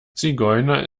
zigeuner